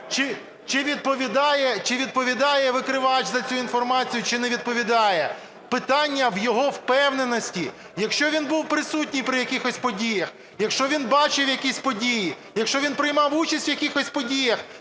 чи відповідає викривач за цю інформацію, чи не відповідає – питання в його впевненості. Якщо він був присутній при якихось подіях, якщо він бачив якісь події, якщо він приймав участь у якихось подіях,